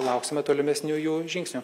lauksime tolimesnių jų žingsnių